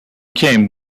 came